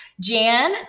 Jan